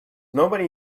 nobody